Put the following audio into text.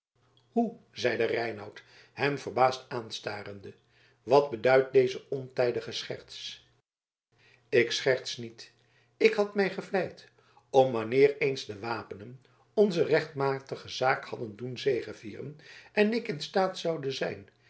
hoe zeide reinout hem verbaasd aanstarende wat beduidt deze ontijdige scherts ik scherts niet ik had mij gevleid om wanneer eens de wapenen onze rechtmatige zaak hadden doen zegevieren en ik in staat zoude zijn